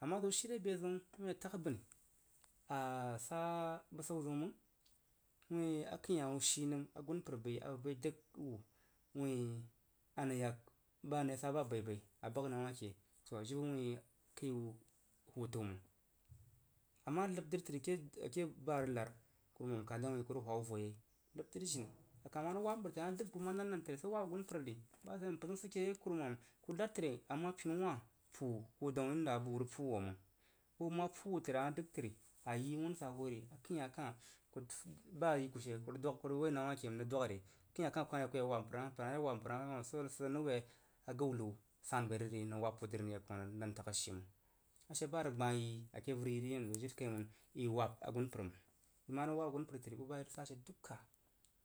A ma ziw shi re bəzəun wuin a tag abani wuin a a sabəsau zəun məng, wuin a gunpər bəi akəihah abəg bəi dəg wu, wuin a nəng yak, a nəng ye sa ba baibai a bak na wa ke toah iba wui kəi wu huu təu məng. A nəb dri təri ke ke ba arəg nad kuruman kah dang woin kurəg hwa wu vo yei nəb dri jini a kah ma rəg wab mpəri təri, a ma dəg bu təri ma nan nan sig wab agunpəri, mpər zəun sid ke yei ku nad təri a ma pinu wah puu wo məng, bəu ma puu wu təri ama dəg təri ayi wunza wo ri akəin hah kah ku ba a yi ku she ku rəg dwag ku rəg woi na wake n rəg dwag re akəin hah kah kuma yak ku ye wab mpər hah, mpər ye wab mpər hah a hah ye wab, swo nəng sidi sid sid n rəg woi agəu lau san bairi nəng wab ho dri dan tag a shii məng. A she ba rəg gbah yi a ke vəri yiri yanzu jiri kaiməng i wab agunpər məng i ma rəg was agumpər təri buba i rəg sashe duka